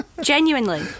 Genuinely